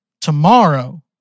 tomorrow